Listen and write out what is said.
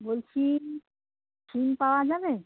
বলছি সিম পাওয়া যাবে